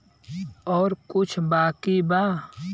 और कुछ बाकी बा?